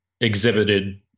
exhibited